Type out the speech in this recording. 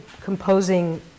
composing